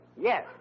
Yes